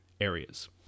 areas